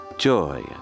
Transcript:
joy